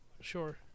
Sure